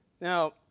Now